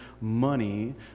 money